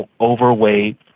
overweight